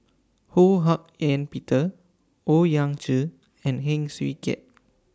Ho Hak Ean Peter Owyang Chi and Heng Swee Keat